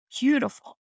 beautiful